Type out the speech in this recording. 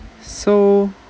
so